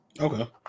Okay